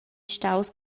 staus